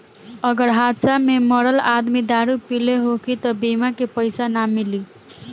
अगर हादसा में मरल आदमी दारू पिले होखी त बीमा के पइसा ना मिली